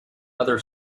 other